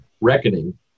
reckoning